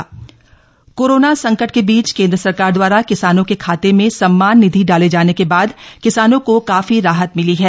किसान सम्मान निधि कोरोना संकट के बीच केंद्र सरकार द्वारा किसानों के खाते में सम्मान निधि डाले जाने के बाद किसानों को काफी राहत मिली है